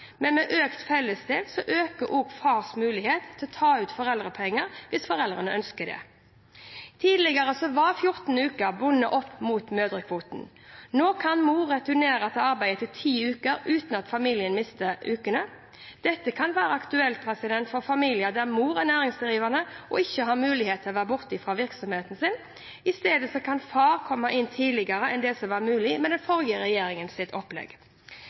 men med økt fellesdel øker også fars mulighet til å ta ut foreldrepenger hvis foreldrene ønsker det. Tidligere var 14 uker bundet opp mot mødrekvoten. Nå kan mor returnere til arbeid etter ti uker uten at familien mister ukene. Dette kan være aktuelt for familier der mor er næringsdrivende og ikke har mulighet til å være borte fra virksomheten. I stedet kan far komme inn tidligere enn det som var mulig med den forrige regjeringens opplegg.